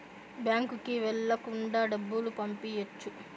బ్యాంకుకి వెళ్ళకుండా డబ్బులు పంపియ్యొచ్చు